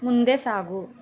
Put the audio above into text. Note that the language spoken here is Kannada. ಮುಂದೆ ಸಾಗು